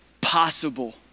possible